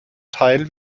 teil